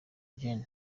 gen